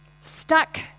stuck